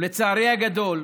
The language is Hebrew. ולצערי הגדול,